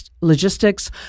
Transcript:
logistics